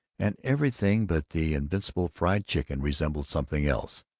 and everything but the invincible fried chicken resembled something else.